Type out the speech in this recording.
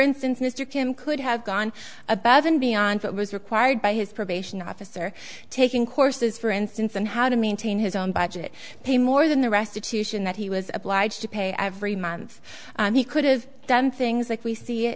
instance mr kim could have gone above and beyond what was required by his probation officer taking courses for instance and how to maintain his own budget pay more than the restitution that he was obliged to pay every month he could have done things like we see it